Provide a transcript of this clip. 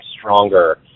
stronger